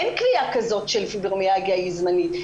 אין קביעה כזאת שפיברומיאלגיה היא זמנית.